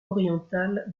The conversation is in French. orientale